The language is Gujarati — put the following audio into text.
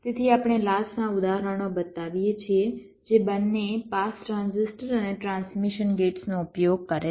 તેથી આપણે લાચનાં ઉદાહરણો બતાવીએ છીએ જે બંને પાસ ટ્રાન્ઝિસ્ટર અને ટ્રાન્સમિશન ગેટ્સનો ઉપયોગ કરે છે